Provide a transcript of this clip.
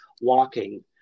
walking